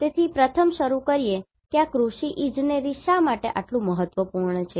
તેથી ચાલો પ્રથમ શરૂ કરીએ કે આ કૃષિ ઇજનેરી શા માટે આટલું મહત્વપૂર્ણ છે